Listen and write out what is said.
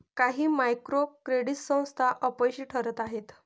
काही micro credit संस्था अपयशी ठरत आहेत